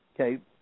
okay